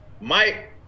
Mike